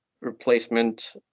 replacement